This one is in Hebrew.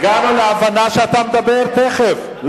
הגענו להבנה שאתה מדבר תיכף,